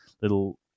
little